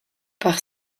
par